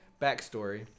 Backstory